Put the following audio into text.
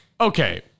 okay